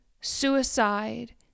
suicide